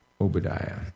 Obadiah